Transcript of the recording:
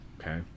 Okay